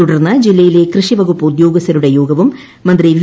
തുടർന്ന് ജില്ലയിലെ കൃഷി വകുപ്പ് ഉദ്യോഗസ്ഥരുടെ യോഗവും മന്ത്രി വി